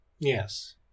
Yes